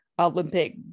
Olympic